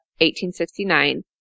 1869